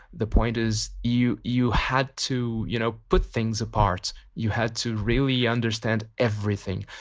the point is you you had to you know put things apart. you had to really understand everything.